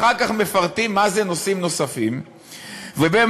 אחר כך מפרטים מה זה "נושאים נוספים"; בין